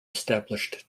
established